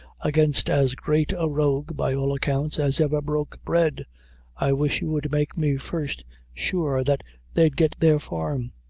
against as great a rogue, by all accounts, as ever broke bread i wish you would make me first sure that they'd get their farm.